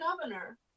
governor